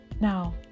Now